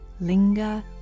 linger